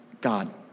God